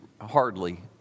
hardly